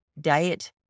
diet